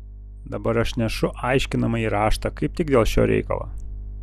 dabar aš nešu aiškinamąjį raštą kaip tik dėl šio reikalo